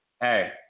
hey